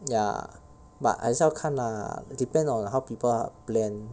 ya but 还是要看 lah depend on how people are plan